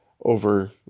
over